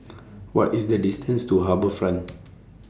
What IS The distance to HarbourFront